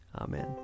Amen